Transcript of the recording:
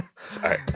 Sorry